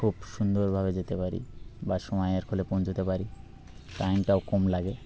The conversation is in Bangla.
খুব সুন্দরভাবে যেতে পারি বা সময়ের খলে পৌঁছোতে পারি টাইমটাও কম লাগে